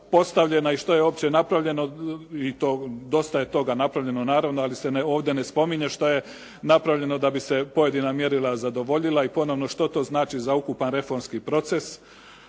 i što je uopće napravljeno i to dosta je toga napravljeno naravno. Ali se ovdje ne spominje što je napravljeno da bi se pojedina mjerila zadovoljila i ponovno što to znači za ukupan reformski proces.